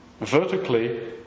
vertically